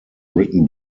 written